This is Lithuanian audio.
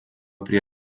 prie